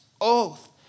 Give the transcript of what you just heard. oath